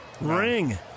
Ring